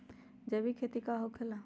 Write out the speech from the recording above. जैविक खेती का होखे ला?